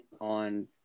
on